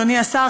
אדוני השר,